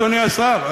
אדוני השר,